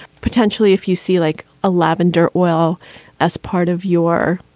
potentially. if you see like a lavender oil as part of your,